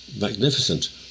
magnificent